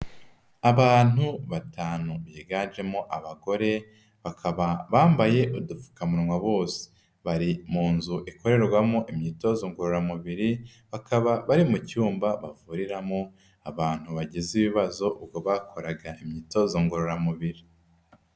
Abantu batanu biganjemo abagore, bakaba bambaye udupfukamunwa bose. Bari mu nzu ikorerwamo imyitozo ngororamubiri, bakaba bari mu cyumba bavuriramo abantu bagize ibibazo ubwo bakoraga imyitozo ngororamubiri.